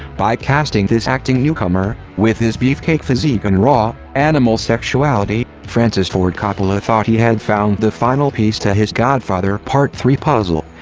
by casting this acting newcomer, with his beefcake physique and raw, animal sexuality, francis ford coppola thought he had found the final piece to his godfather part three puzzle.